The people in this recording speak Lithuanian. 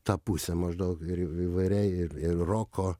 tą pusę maždaug ir įvairiai ir ir roko